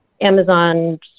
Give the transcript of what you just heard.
Amazon